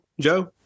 Joe